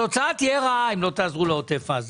התוצאה תהיה רעה אם לא תעזרו לעוטף עזה.